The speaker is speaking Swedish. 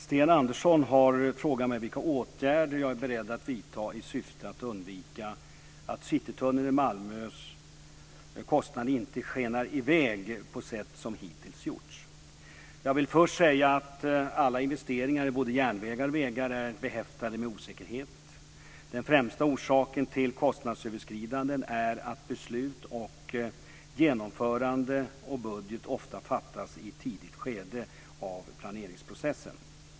Sten Andersson har frågat mig vilka åtgärder jag är beredd att vidta i syfte att undvika att kostnaderna för Citytunneln i Malmö skenar i väg på sätt som hittills gjorts. Jag vill först säga att alla investeringar i både järnvägar och vägar är behäftade med osäkerheter. Den främsta orsaken till kostnadsöverskridanden är att beslut om genomförande och budget ofta fattas i ett tidigt skede av planeringsprocessen.